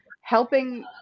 helping